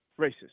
racist